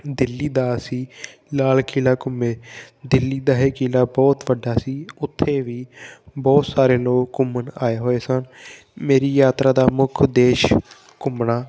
ਦਿੱਲੀ ਦਾ ਅਸੀਂ ਲਾਲ ਕਿਲ੍ਹਾ ਘੁੰਮੇ ਦਿੱਲੀ ਦਾ ਇਹ ਕਿਲ੍ਹਾ ਬਹੁਤ ਵੱਡਾ ਸੀ ਉੱਥੇ ਵੀ ਬਹੁਤ ਸਾਰੇ ਲੋਕ ਘੁੰਮਣ ਆਏ ਹੋਏ ਸਨ ਮੇਰੀ ਯਾਤਰਾ ਦਾ ਮੁੱਖ ਉਦੇਸ਼ ਘੁੰਮਣਾ